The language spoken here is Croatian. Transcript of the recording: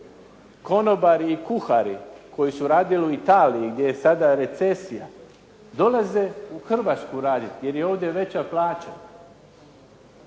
Konobari i kuhari koji su radili u Italiji gdje je sada recesija, dolaze u Hrvatsku raditi jer je ovdje veća plaća.